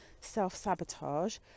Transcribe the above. self-sabotage